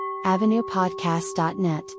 AvenuePodcast.net